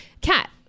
cat